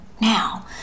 now